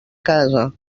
casa